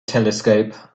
telescope